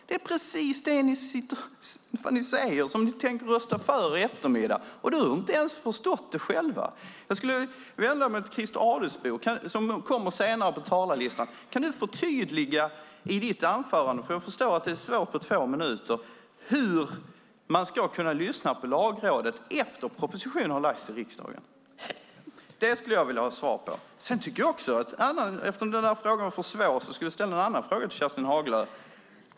Det är precis det ni säger och tänker rösta för i eftermiddag - utan att ens ha förstått det själva. Jag skulle vilja vända mig till Christer Adelsbo, som kommer senare på talarlistan, och fråga: Kan du i ditt anförande förklara - jag förstår nämligen att det är svårt på två minuter - hur man ska kunna lyssna på Lagrådet efter att propositionen har lagts fram i riksdagen? Det skulle jag vilja ha svar på. Sedan vill jag, eftersom denna fråga var för svår, ställa en annan fråga till Kerstin Haglö.